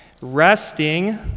resting